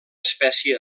espècie